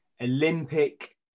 Olympic